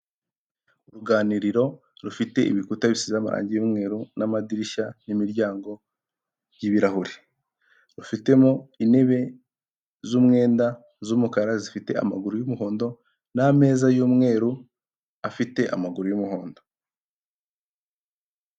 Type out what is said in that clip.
Uruganiriro rufite ibikuta bisize amarange y'umweru n'amadirishya n'imiryango y'ibirahure, rufitemo intebe z'umwenda z'umukara zifite amaguru y'umuhondo n'ameza y'umweru afite amaguru y'umuhondo.